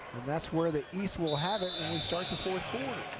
and that's where the east will have it when we start the fourth